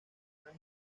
unas